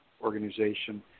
organization